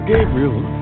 Gabriel